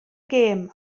gêm